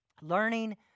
Learning